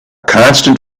constant